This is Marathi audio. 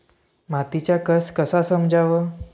मातीचा कस कसा समजाव?